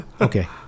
Okay